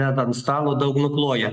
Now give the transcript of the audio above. deda ant stalo daug nukloja